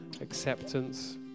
acceptance